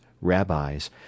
rabbis